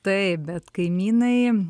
taip bet kaimynai